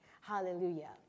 Hallelujah